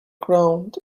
ground